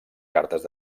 cartes